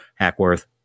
Hackworth